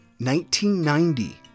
1990